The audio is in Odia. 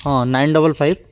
ହଁ ନାଇନ୍ ଡବଲ ଫାଇବ୍